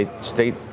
state